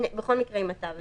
בכל מקרה עם התו הירוק.